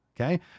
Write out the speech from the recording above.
Okay